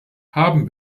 haben